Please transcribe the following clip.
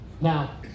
Now